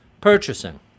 purchasing